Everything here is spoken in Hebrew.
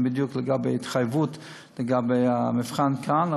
בדיוק לגבי התחייבות לגבי המבחן כאן,